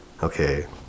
okay